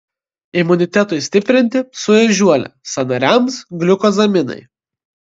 imunitetui stiprinti su ežiuole sąnariams gliukozaminai